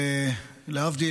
ולהבדיל,